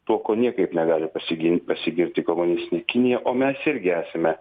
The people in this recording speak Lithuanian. tuo kuo niekaip negali pasigin pasigirti komunistinė kinija o mes irgi esame